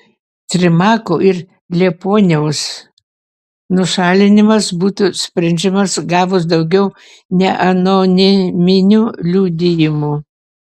trimako ir liepuoniaus nušalinimas būtų sprendžiamas gavus daugiau neanoniminių liudijimų